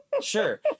Sure